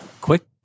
quick